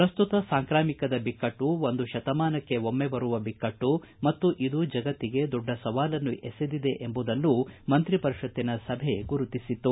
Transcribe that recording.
ಪ್ರಸ್ತುತ ಸಾಂಕ್ರಾಮಿಕದ ಬಿಕ್ಕಟ್ಟು ಒಂದು ಶತಮಾನಕ್ಕೆ ಒಮ್ಮೆ ಬರುವ ಬಿಕ್ಕಟ್ಸ ಮತ್ತು ಇದು ಜಗತ್ತಿಗೆ ದೊಡ್ಡ ಸವಾಲನ್ನು ಎಸೆದಿದೆ ಎಂಬುದನ್ನು ಮಂತ್ರಿ ಪರಿಷತ್ತಿನ ಸಭೆ ಗುರುತಿಸಿತು